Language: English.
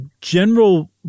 general